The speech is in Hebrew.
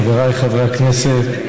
חבריי חברי הכנסת,